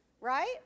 right